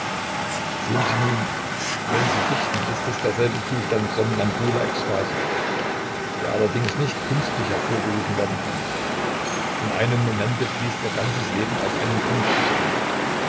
sehen sie nun wenn sie dichten ist es derselbe zustand somnambuler ekstase der allerdings nicht künstlich hervorgerufen werden kann in einem momente fließt ihr ganzes leben auf einen punkt zusammen